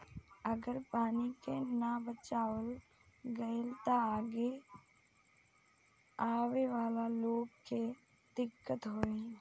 अगर पानी के ना बचावाल गइल त आगे आवे वाला लोग के दिक्कत होई